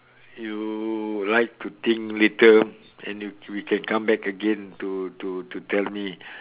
you like to think later and you we can come back again to to to tell me